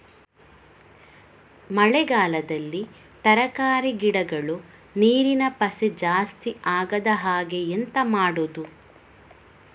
ಮಳೆಗಾಲದಲ್ಲಿ ತರಕಾರಿ ಗಿಡಗಳು ನೀರಿನ ಪಸೆ ಜಾಸ್ತಿ ಆಗದಹಾಗೆ ಎಂತ ಮಾಡುದು?